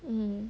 mm